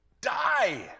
Die